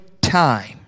time